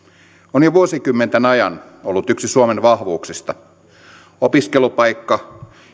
on jo vuosikymmenten ajan ollut yksi suomen vahvuuksista opiskelupaikka